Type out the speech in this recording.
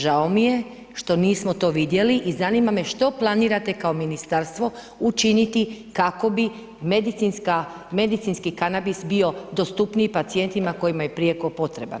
Žao mi je što nismo to vidjeli i zanima me što planirate kao Ministarstvo učiniti kako bi medicinski kanabis bio dostupniji pacijentima kojima je prijeko potreban?